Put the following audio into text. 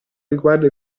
riguarda